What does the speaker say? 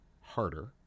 harder